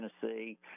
Tennessee